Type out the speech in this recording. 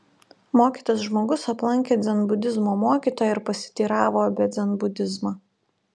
mokytas žmogus aplankė dzenbudizmo mokytoją ir pasiteiravo apie dzenbudizmą